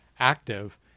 Active